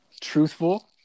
truthful